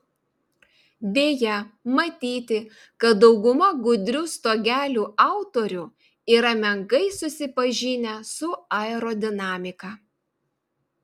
deja matyti kad dauguma gudrių stogelių autorių yra menkai susipažinę su aerodinamika